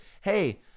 hey